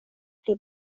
pli